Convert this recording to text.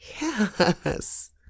Yes